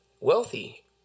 wealthy